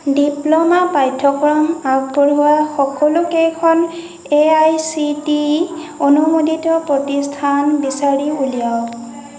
diploma পাঠ্যক্ৰম আগবঢ়োৱা সকলোকেইখন এ আই চি টি অনুমোদিত প্ৰতিষ্ঠান বিচাৰি উলিয়াওক